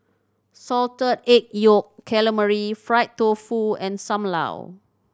Salted Egg Yolk Calamari fried tofu and Sam Lau